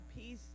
peace